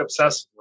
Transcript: obsessively